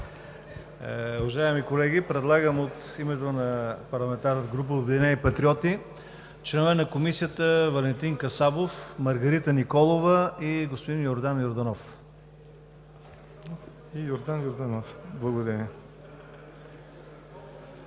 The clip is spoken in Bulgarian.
Уважаеми колеги, предлагам от името на парламентарна група „Обединени патриоти“ за членове на Комисията Валентин Касабов, Маргарита Николова и Йордан Йорданов. Благодаря.